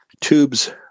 tubes